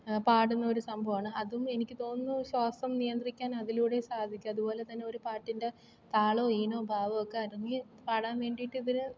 പാടുന്ന ഒരു സംഭവമാണ് അതും എനിക്ക് തോന്നുന്നു ശ്വാസം നിയന്ത്രിക്കാൻ അതിലൂടെ സാധിച്ചു അതുപോലെ തന്നെ ഒരു പാട്ടിന്റെ താളവും ഈണവും ഭാവവും ഒക്കെ അലിഞ്ഞ് പാടാന് വേണ്ടിയിട്ട് ഇവര്